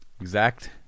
Exact